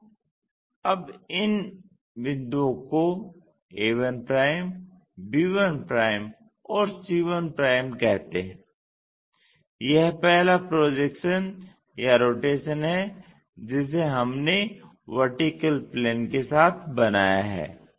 तो अब इन बिंदुओं को a1 b1 और c1 कहते हैं यह पहला प्रोजेक्शन या रोटेशन है जिसे हमने VP के साथ बनाया है